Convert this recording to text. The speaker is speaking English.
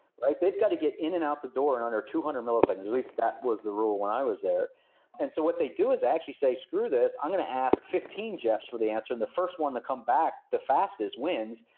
right? they've got to get in and out the door in under two hundred milliseconds. at least that was the rule when i was there and so what they do is actually say, screw this. i'm going to ask fifteen jeffs for the answer, and the first one to come back the fastest wins,